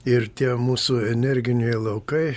ir tie mūsų energiniai laukai